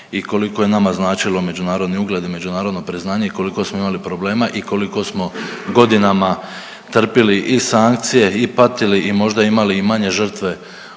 i koliko je nama značilo međunarodni ugled i međunarodno priznanje i koliko smo imali problema i koliko smo godinama trpili i sankcije i patili i možda imali i manje žrtve